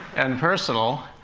and personal,